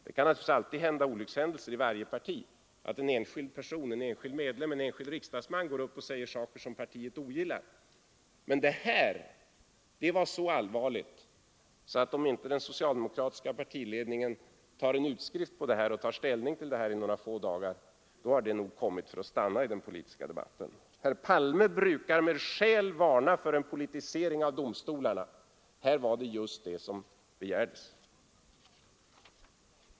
Det kan naturligtvis alltid inträffa olyckshändelser i ett parti — en enskild medlem eller riksdagsman kan säga saker som partiet ogillar — men detta var så allvarligt att om inte den socialdemokratiska partiledningen tar ställning till det inträffade inom några få dagar, har det nog kommit för att stanna i den politiska debatten. Herr Palme brukar med skäl varna för en politisering av domstolarna. Här var det just detta som begärdes.